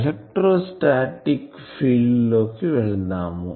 electrostatic field electrostatic field electric fieldకి వెళ్దాము